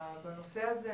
בנושא הזה.